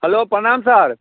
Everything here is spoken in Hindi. हैलो प्रणाम सर